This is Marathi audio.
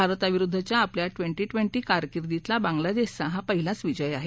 भारताविरुद्धच्या आपल्या िवेनी िवेनी कारकिर्दीतला बांगलादेशचा हा पहिलाच विजय आहे